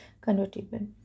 convertible